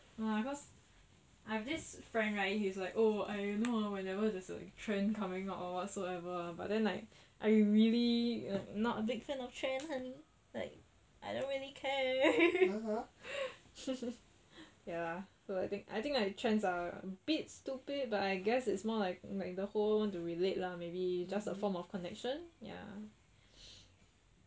cause I have this friend right he is like oh I know ah whenever there is a trend coming out or whatsoever ah but then like I really not taken option honey like I don't really care ya so I think I think like trends are bit stupid but I guess it's more like like the whole world want to relate lah maybe just a form of connection ya